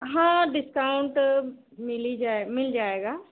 हाँ डिस्काउन्ट मिल ही जाए मिल जाएगा